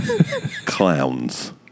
Clowns